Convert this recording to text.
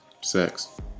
sex